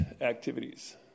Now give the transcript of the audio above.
activities